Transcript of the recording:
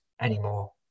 anymore